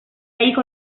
hijo